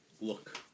look